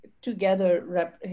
together